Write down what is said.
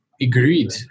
agreed